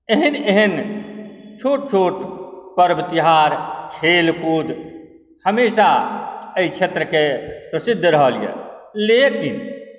एहन एहन छोट छोट पर्व त्यौहार खेल कुद हमेशा एहि क्षेत्रकेँ प्रसिद्ध रहल यऽ लेकिन